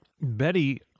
Betty